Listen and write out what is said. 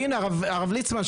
והנה הרב ליצמן,